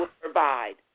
provide